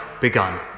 begun